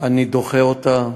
אני דוחה אותה.